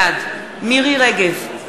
בעד מירי רגב,